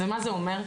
ומה זה אומר?